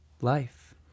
life